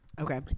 Okay